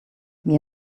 mir